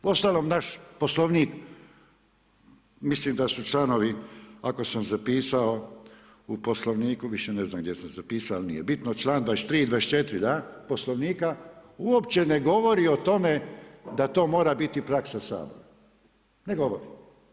Uostalom naš Poslovnik mislim da su članovi ako sam zapisao u Poslovniku, više ne znam gdje sam zapisao ali nije bitno, član 23., 24., da, Poslovnika, uopće ne govori o tome da to mora biti praksa Sabora, ne govore.